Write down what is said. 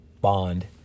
bond